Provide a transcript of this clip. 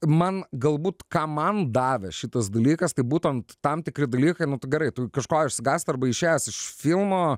man galbūt ką man davė šitas dalykas tai būtent tam tikri dalykai nu tu gerai tu kažko išsigąsti arba išėjęs iš filmo